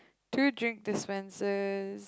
do you drink dispensers